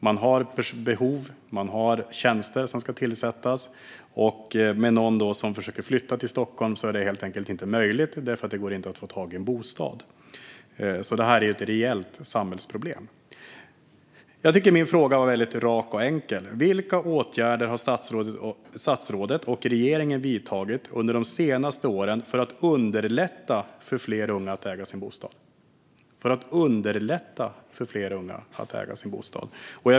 Det finns behov, och man har tjänster som ska tillsättas, men det är inte möjligt att tillsätta dem med någon som ska flytta till Stockholm, för det går inte att få tag i bostad. Detta är ett reellt samhällsproblem. Jag tycker att min fråga var rak och enkel: Vilka åtgärder har statsrådet och regeringen vidtagit under de senaste åren för att underlätta för fler unga att äga sin bostad?